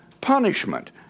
punishment